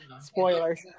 spoilers